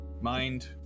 Mind